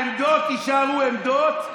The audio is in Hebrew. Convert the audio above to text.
העמדות יישארו עמדות,